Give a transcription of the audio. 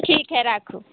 ठीक हइ राखू